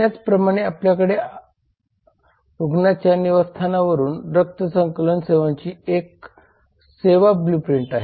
त्याचप्रमाणे आपल्याकडे आपल्याकडे रुग्णाच्या निवासस्थानावरून रक्त संकलन सेवांची एक सेवा ब्लूप्रिंट आहे